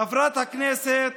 חברת הכנסת